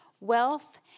wealth